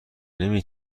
نمی